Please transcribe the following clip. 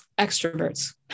extroverts